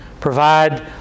provide